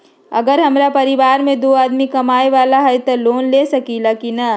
अगर हमरा परिवार में दो आदमी कमाये वाला है त हम लोन ले सकेली की न?